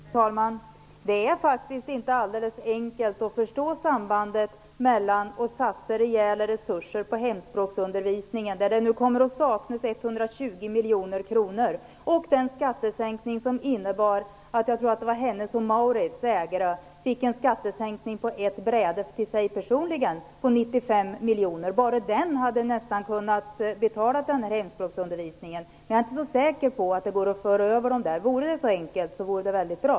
Herr talman! Det är faktiskt inte alldeles enkelt att förstå sambandet mellan att satsa rejäla resurser på hemspråksundervisningen, där det nu kommer att saknas 120 miljoner kronor, och den skattesänkning som innebar att Hennes & Mauritz ägare på ett bräde fick en personlig skattesänkning på 95 miljoner kronor. Bara den sänkningen hade nästan räckt till att betala hemspråksundervisningen. Jag är inte säker på att det går att föra över dessa pengar. Men vore det så enkelt, vore det bra.